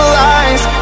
lies